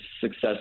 success